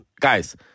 guys